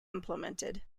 implemented